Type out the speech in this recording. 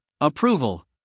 approval